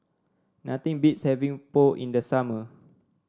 nothing beats having Pho in the summer